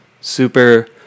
super